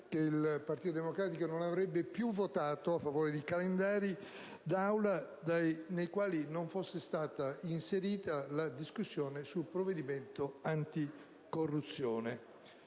del Partito Democratico non avrebbe più votato a favore di calendari d'Aula nei quali non fosse stata inserita la discussione sul provvedimento anticorruzione.